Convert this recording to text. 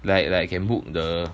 like like like can book the